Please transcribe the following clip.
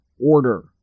order